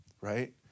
right